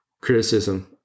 criticism